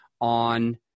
on